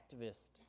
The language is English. activists